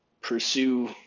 pursue